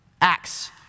Acts